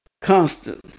constant